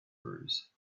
bruise